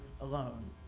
alone